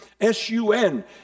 S-U-N